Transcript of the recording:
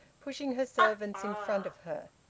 pushing her servants in front of her.